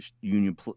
union